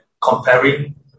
comparing